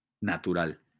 natural